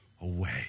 away